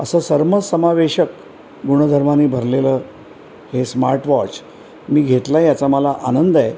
असं सर्मसमावेशक गुणधर्माने भरलेलं हे स्मार्ट वॉच मी घेतलं आहे याचा मला आनंद आहे